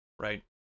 right